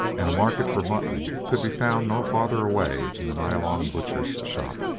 and a market for mutton could be found no farther away than the nyalong butcher's shop.